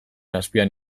azpian